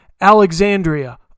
Alexandria